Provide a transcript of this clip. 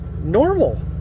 normal